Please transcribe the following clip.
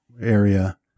area